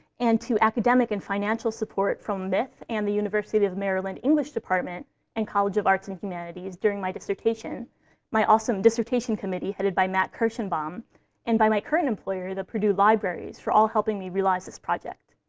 and to academic and financial support from mith and the university of maryland english department and college of arts and humanities during my dissertation my awesome dissertation committee, headed by matt kirschenbaum and by my current employer, the purdue libraries, for all helping me realize this project.